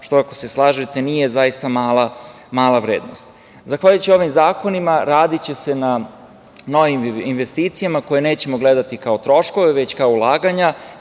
što ako se slažete nije zaista mala vrednost. Zahvaljujući ovim zakonima radiće se na novim investicijama koje nećemo gledati kao troškove, već kao ulaganja,